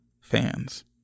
fans